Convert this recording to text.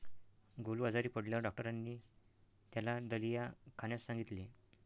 गोलू आजारी पडल्यावर डॉक्टरांनी त्याला दलिया खाण्यास सांगितले